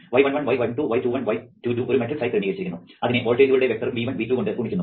y11 y12 y21 y22 ഒരു matrix ആയി ക്രമീകരിച്ചിരിക്കുന്നു അതിനെ വോൾട്ടേജുകളുടെ വെക്റ്റർ V1 V2 കൊണ്ട് ഗുണിക്കുന്നു